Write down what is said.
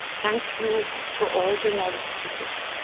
thank you to all the knowledge seekers,